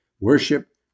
worship